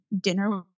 dinner